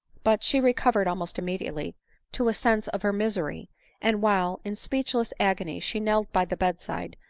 but she recovered almost immediately to a sense of her misery and while, in speechless agony, she knelt by the bedside,